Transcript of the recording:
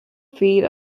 feed